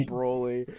Broly